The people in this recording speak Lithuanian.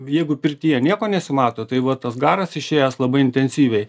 jeigu pirtyje nieko nesimato tai va tas garas išėjęs labai intensyviai